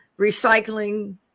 Recycling